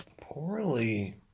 poorly